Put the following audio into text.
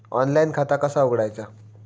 Online खाता कसा उघडायचा?